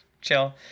Chill